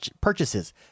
purchases